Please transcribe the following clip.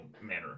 manner